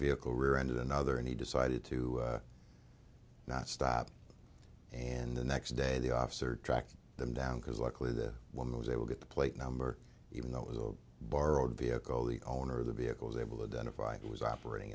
vehicle rear ended another and he decided to not stop and the next day the officer tracked them down because luckily the woman was able get the plate number even though it was a borrowed vehicle the owner of the vehicle was able to do and if i was operating